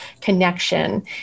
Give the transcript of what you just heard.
connection